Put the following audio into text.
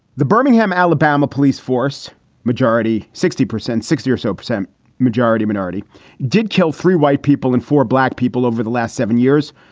the birmingham, alabama police force majority, sixty percent, sixty or so percent majority minority did kill three white people and four black people over the last seven years,